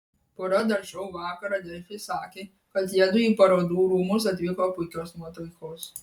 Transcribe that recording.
pora dar šou vakarą delfi sakė kad jiedu į parodų rūmus atvyko puikios nuotaikos